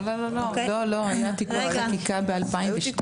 לא, היה תיקון, הייתה חקיקה ב-2012.